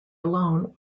alone